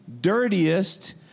dirtiest